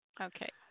Okay